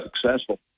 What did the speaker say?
successful